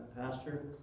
Pastor